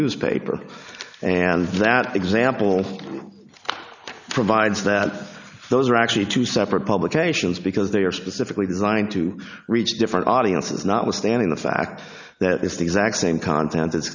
newspaper and that example provides that those are actually two separate publications because they are specifically designed to reach different audiences notwithstanding the fact that is the exact same content a